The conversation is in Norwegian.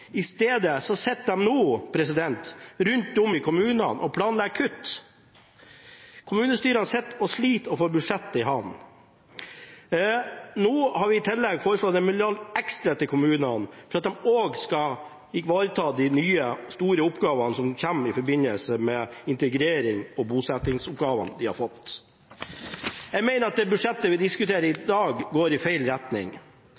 I stedet sitter de nå rundt omkring i kommunene og planlegger kutt. Kommunestyrene sitter og sliter med å få budsjettet i havn. Nå har vi i tillegg foreslått 1 milliard ekstra til kommunene for at de også skal ivareta de nye, store oppgavene som kommer i forbindelse med integrerings- og bosettingsoppgavene de har fått. Jeg mener at det budsjettet vi diskuterer i dag, går i feil retning.